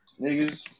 niggas